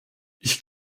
ich